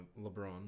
LeBron